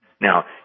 Now